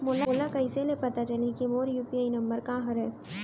मोला कइसे ले पता चलही के मोर यू.पी.आई नंबर का हरे?